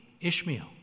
Ishmael